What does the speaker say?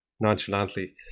nonchalantly